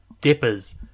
dippers